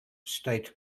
state